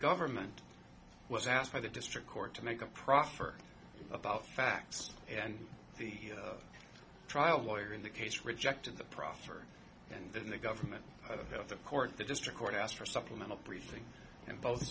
government was asked by the district court to make a profit for about facts and the trial lawyer in the case rejected the proffer and then the government of health the court the district court asked for supplemental briefing and both